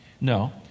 No